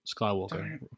Skywalker